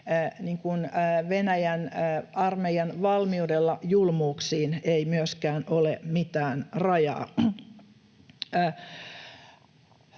Venäjän armeijan valmiudella julmuuksiin ei myöskään ole mitään rajaa.